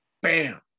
Bam